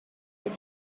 that